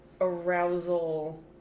arousal